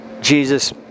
Jesus